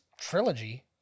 trilogy